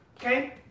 Okay